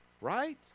right